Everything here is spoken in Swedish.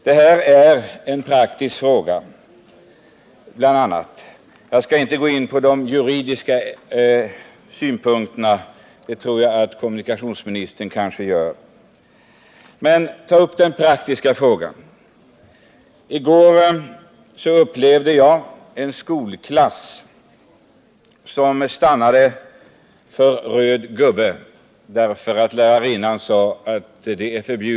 Jag vill i första hand uppehålla mig vid frågans praktiska betydelse — jag antar att kommunikationsministern kommer att ta upp de juridiska synpunkterna i sammanhanget. I går uppmärksammade jag en skolklass som stannade för rött ljus vid ett övergångsställe.